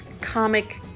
comic